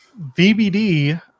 VBD